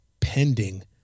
pending